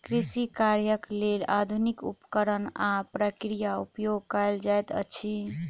कृषि कार्यक लेल आधुनिक उपकरण आ प्रक्रिया उपयोग कयल जाइत अछि